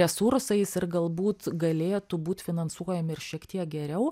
resursais ir galbūt galėtų būt finansuojami ir šiek tiek geriau